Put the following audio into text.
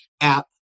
app